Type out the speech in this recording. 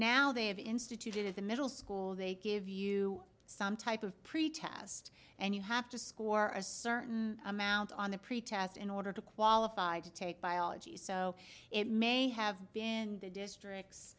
now they have instituted the middle school they give you some type of pretest and you have to score a certain amount on the pretest in order to qualify to take biology so it may have been the district